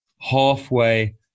halfway